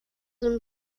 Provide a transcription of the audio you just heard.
and